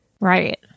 Right